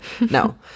No